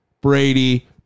Brady